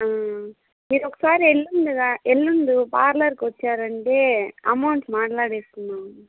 మీరు ఒకసారి ఎల్లుండి ఎల్లుండి పార్లర్కి వచ్చారంటే అమౌంట్ మాట్లాడేసుకుందాము